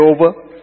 over